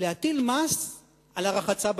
להטיל מס על הרחצה בים.